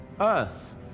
Earth